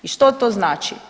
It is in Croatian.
I što to znači?